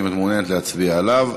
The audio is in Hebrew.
אם את מעוניינת להצביע עליו.